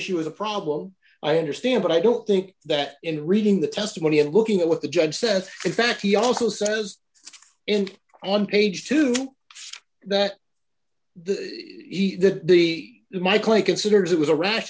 issue is a problem i understand but i don't think that in reading the testimony and looking at what the judge said in fact he also says in on page two that the he that the mike lee considers it was a rash